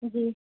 جی